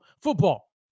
football